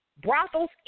Brothels